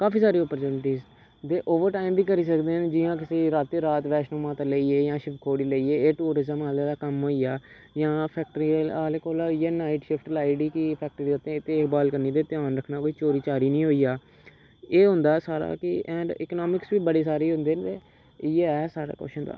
काफी सारी आप्चुंरटी ते ओवर टाइम बी करी सकदे न जियां किसै रातीं रात बैशनो माता लेई गे शिवखोड़ी लेई गे एह् टूरिज्म आह्ले दा कम्म होई गेआ जां फैक्ट्री आह्ले कोला होई गेआ नाइट शिफ्ट लाई लेई कि फैक्ट्री दी देखभाल करनी ते ध्यान रक्खना कोई चोरी चारी नी होई जा एह् होंदा सारा कि एंड इकनामिक्स बी बड़े सारे होंदे न ते इ'यै ऐ सारा कुछ होंदा